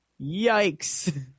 Yikes